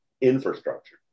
infrastructure